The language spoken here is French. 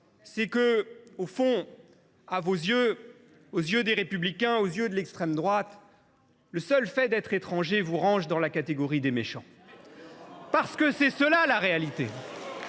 c’est que, au fond, à vos yeux, aux yeux des Républicains, aux yeux de l’extrême droite, le seul fait d’être étranger vous range dans la catégorie des méchants. Vous pouvez protester, mais